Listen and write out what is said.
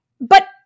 But-